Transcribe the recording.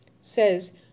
says